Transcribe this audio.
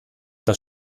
das